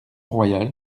royal